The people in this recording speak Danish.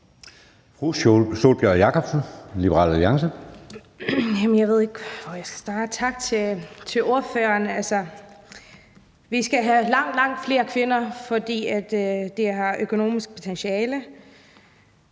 Sólbjørg Jakobsen (LA): Jeg ved ikke, hvor jeg skal starte. Tak til ordføreren. Vi skal have langt, langt flere kvinder, fordi det har økonomisk potentiale.